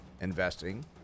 investing